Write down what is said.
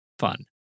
Fun